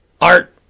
Art